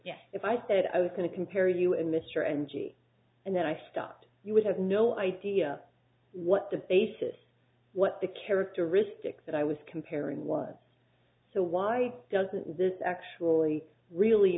yes if i said i was going to compare you and mr and g and then i stopped you would have no idea what the basis what the characteristics that i was comparing was so why doesn't this actually really